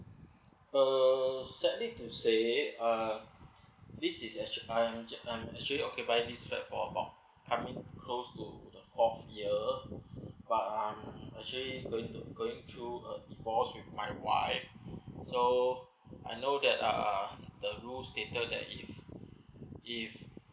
uh sadly to say uh this is actual~ I'm I'm actually occupied this flat for about coming close to fourth year but um actually going to going through uh divorce with my wife so I know that um the rules stated that if if